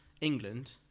England